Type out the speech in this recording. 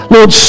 Lord